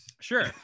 Sure